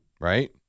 right